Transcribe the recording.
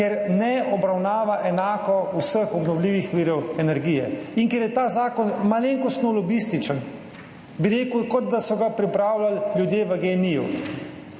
ker ne obravnava enako vseh obnovljivih virov energije in ker je ta zakon malenkostno lobističen, bi rekel, kot da so ga pripravljali ljudje v GEN-I.